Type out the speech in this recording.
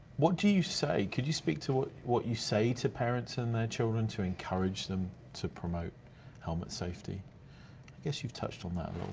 what do you say, could you speak to what you say to parents and their children to encourage them to promote helmet safety? i guess you've touched on that